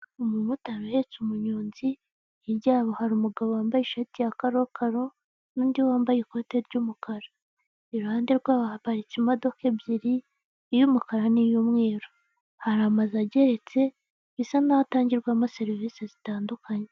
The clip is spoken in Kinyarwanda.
Umumotari uhetse umunyonzi hirya yabo hari umugabo wambaye ishati ya karokaro n'undi wambaye ikote ry'umukara iruhande rw'aba haparitse imodoka ebyiri i y'umukara n'iyumweru hari amazu ageretse bisa nkaho atangirwamo serivisi zitandukanye.